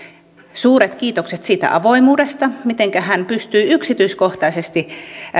suuret kiitokset siitä avoimuudesta mitenkä hän pystyy yksityiskohtaisesti